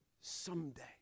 someday